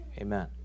amen